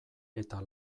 eta